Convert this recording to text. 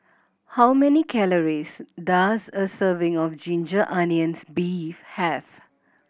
how many calories does a serving of ginger onions beef have